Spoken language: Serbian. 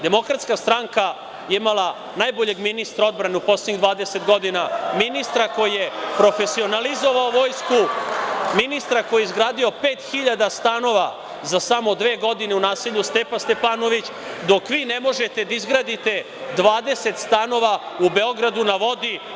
Demokratska stranka je imala najboljeg ministra odbrane u poslednjih 20 godina, ministra koji je profesionalizovao Vojsku, ministra koji je izgradio 5.000 stanova za samo dve godine u naselju „Stepa Stepanović“, dok vi ne možete da izgradite 20 stanova u „Beogradu na vodi“